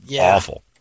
awful